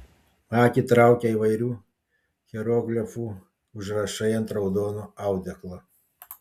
akį traukia įvairių hieroglifų užrašai ant raudono audeklo